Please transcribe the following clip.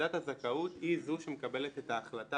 ועדת הזכאות היא זו שמקבלת את ההחלטה